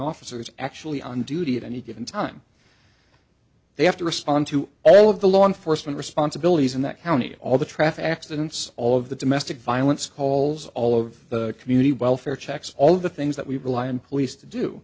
officers actually on duty at any given time they have to respond to all of the law enforcement responsibilities in that county all the traffic accidents all of the domestic violence calls all of the community welfare checks all of the things that we